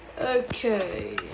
Okay